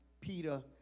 Peter